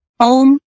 home